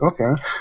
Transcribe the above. okay